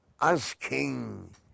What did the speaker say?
asking